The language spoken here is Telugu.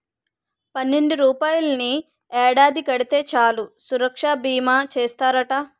పన్నెండు రూపాయలని ఏడాది కడితే చాలు సురక్షా బీమా చేస్తారట